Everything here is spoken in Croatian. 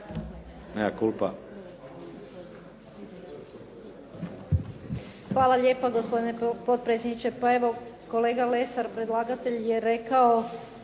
Hvala lijepo, gospodine potpredsjedniče. Pa evo kolega Lesar, predlagatelj, je rekao